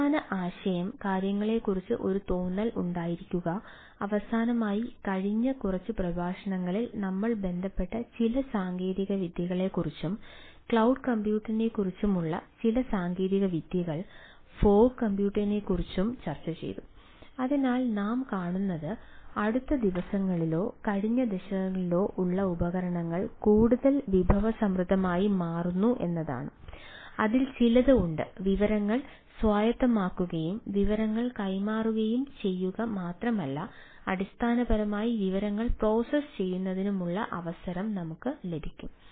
അടിസ്ഥാന ആശയം കാര്യങ്ങളെക്കുറിച്ച് ഒരു തോന്നൽ ഉണ്ടായിരിക്കുക അവസാനമായി കഴിഞ്ഞ കുറച്ച് പ്രഭാഷണങ്ങളിൽ നമ്മൾ ബന്ധപ്പെട്ട ചില സാങ്കേതികവിദ്യകളെക്കുറിച്ചും ക്ലൌഡ് കമ്പ്യൂട്ടിംഗിനോടൊപ്പമുള്ള ചെയ്യുന്നതിനുള്ള അവസരം നമുക്ക് ലഭിക്കും